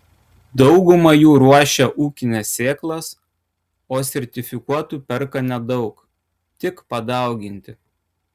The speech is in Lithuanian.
dauguma jų ruošia ūkines sėklas o sertifikuotų perka nedaug tik padauginti